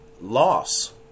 loss